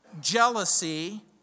jealousy